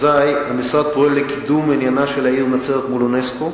אזי המשרד פועל לקידום עניינה של העיר נצרת מול אונסק"ו,